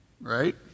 Right